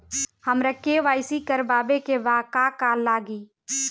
हमरा के.वाइ.सी करबाबे के बा का का लागि?